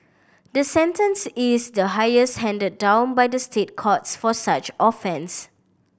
the sentence is the highest handed down by the State Courts for such offence